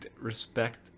respect